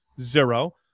Zero